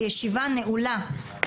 הישיבה נעולה.